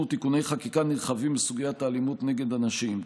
תיקוני חקיקה נרחבים בסוגיית האלימות נגד נשים.